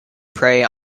prey